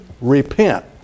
repent